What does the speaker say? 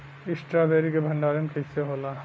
Strawberry के भंडारन कइसे होला?